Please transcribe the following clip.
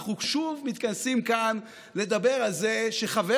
אנחנו שוב מתכנסים כאן לדבר על זה שחבר